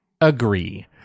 agree